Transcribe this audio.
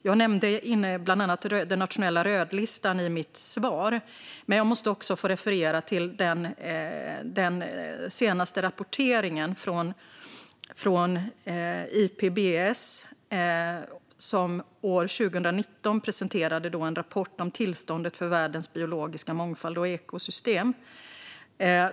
Jag nämnde i mitt svar bland annat den nationella rödlistan, men jag måste också få referera till den senaste rapporteringen från Ipbes, som år 2019 presenterade en rapport om tillståndet för världens biologiska mångfald och ekosystem.